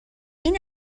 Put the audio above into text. این